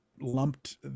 lumped